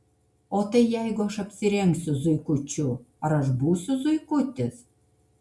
o tai jeigu aš apsirengsiu zuikučiu ar aš būsiu zuikutis